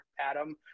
Adam